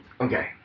okay